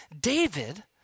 David